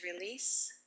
release